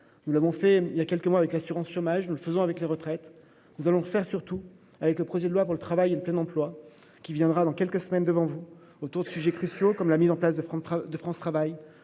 Nous l'avons fait il y a quelques mois avec l'assurance chômage, nous le faisons avec les retraites. Nous allons le faire, surtout, avec le projet de loi sur le travail et le plein emploi qui vous sera soumis dans quelques semaines. Ce texte portera sur des sujets aussi cruciaux que la mise en place de France Travail,